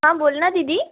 हा बोल ना दीदी